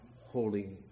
holy